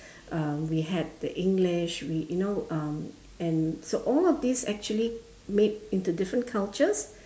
uh we had the english we you know um and so all of these actually made into different cultures